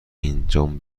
انجام